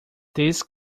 these